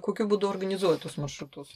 kokiu būdu organizuoji tuos maršrutus